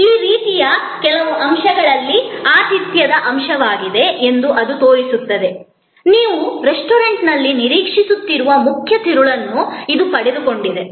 ಈ ರೀತಿಯ ಕೆಲವು ಅಂಶಗಳು ಆತಿಥ್ಯದ ಅಂಶವಾಗಿದೆ ಎಂದು ಅದು ನೀವು ರೆಸ್ಟೋರೆಂಟ್ನಲ್ಲಿ ನಿರೀಕ್ಷಿಸುತ್ತಿರುವ ಮುಖ್ಯ ತಿರುಳನ್ನು ಇದು ಪಡೆದುಕೊಂಡಿದೆ ಎಂದು ತೋರಿಸಿದೆ